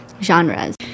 genres